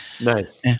Nice